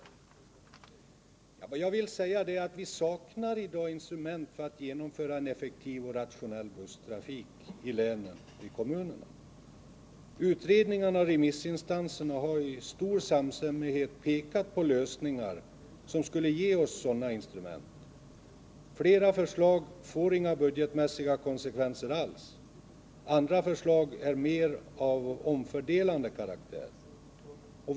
Vad jag vill säga är att vi i dag saknar instrument för att genomföra en rationell busstrafik i länet. Utredarna har med stor samstämmighet pekat på lösningar som skulle ge oss ett sådant instrument. Flera förslag får inga budgetmässiga konsekvenser alls, andra har en mer omfördelande karaktär.